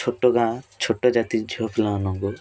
ଛୋଟ ଗାଁ ଛୋଟ ଜାତି ର ଝିଅ ପିଲାମାନଙ୍କୁ